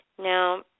Now